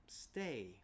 stay